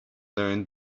learned